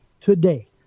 today